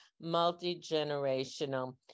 multi-generational